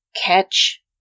catch